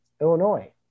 Illinois